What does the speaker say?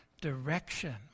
direction